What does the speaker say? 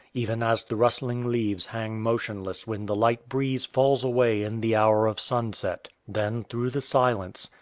even as the rustling leaves hang motionless when the light breeze falls away in the hour of sunset. then through the silence,